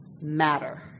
matter